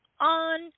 on